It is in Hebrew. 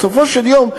בסופו של יום,